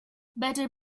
better